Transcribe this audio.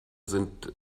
sind